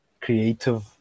creative